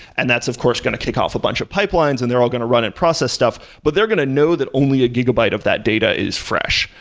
and that's of course going to kick off a bunch of pipelines and they're all going to run and process stuff, but they're going to know that only a gigabyte of that data is fresh.